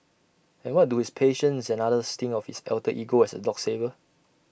and what do his patients and others think of his alter ego as A dog saver